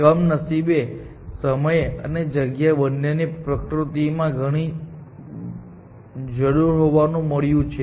કમનસીબે સમય અને જગ્યા બંનેની પ્રકૃતિમાં ઘણી જરૂર હોવાનું જોવા મળ્યું છે